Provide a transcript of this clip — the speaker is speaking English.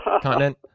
continent